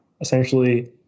essentially